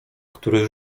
który